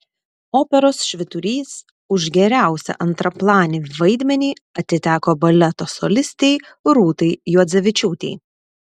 operos švyturys už geriausią antraplanį vaidmenį atiteko baleto solistei rūtai juodzevičiūtei